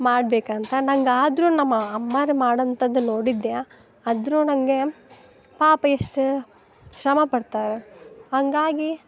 ಮಾಡಬೇಕಂತ ನಂಗೆ ಆದರು ನಮ್ಮ ಅಮ್ಮಾರು ಮಾಡವಂಥದ್ದು ನೋಡಿದ್ಯಾ ಆದ್ರು ನನಗೆ ಪಾಪ ಎಷ್ಟ ಶ್ರಮ ಪಡ್ತಾರೆ ಹಾಗಾಗಿ